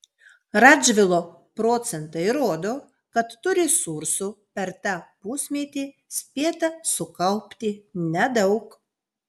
radžvilo procentai rodo kad tų resursų per tą pusmetį spėta sukaupti nedaug